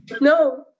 No